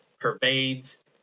pervades